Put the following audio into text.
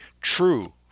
true